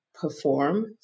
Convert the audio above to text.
perform